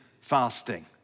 fasting